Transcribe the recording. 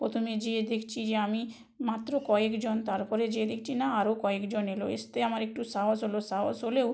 প্রথমে যেয়ে দেখছি যে আমি মাত্র কয়েকজন তারপরে যেয়ে দেখছি না আরও কয়েকজন এলো আসতে আমার একটু সাহস হলো সাহস হলেও